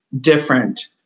different